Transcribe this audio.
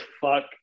fuck